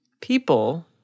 people